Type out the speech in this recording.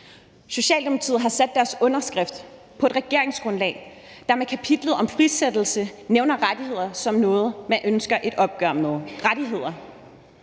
Socialdemokratiet har sat deres underskrift på et regeringsgrundlag, der med kapitlet om frisættelse nævner rettigheder som noget, man ønsker et opgør med. Det er